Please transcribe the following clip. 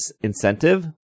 incentive